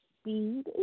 Speed